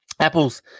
Apple's